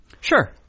Sure